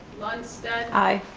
lundstedt. i.